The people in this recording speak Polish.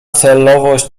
celowość